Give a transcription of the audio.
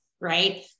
Right